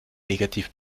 negativ